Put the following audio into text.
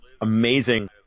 amazing